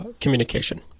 communication